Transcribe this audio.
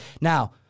now